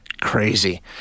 Crazy